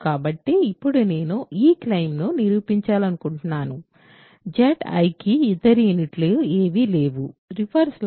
కాబట్టి ఇప్పుడు నేను ఈ క్లెయిమ్ను నిరూపించాలనుకుంటున్నాను రింగ్ Zi కి ఇతర యూనిట్లు ఏవీ లేవు అని